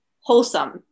wholesome